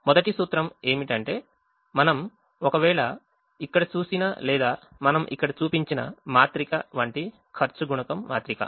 మొదటి సూత్రం ఏమిటంటే మనం ఒకవేళ ఇక్కడ చూసిన లేదా మనం ఇక్కడ చూపించిన మాత్రిక వంటి ఖర్చు గుణకం మాత్రిక